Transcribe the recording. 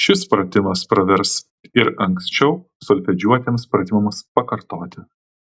šis pratimas pravers ir anksčiau solfedžiuotiems pratimams pakartoti